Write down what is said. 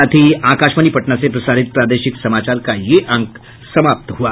इसके साथ ही आकाशवाणी पटना से प्रसारित प्रादेशिक समाचार का ये अंक समाप्त हुआ